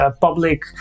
public